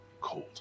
cold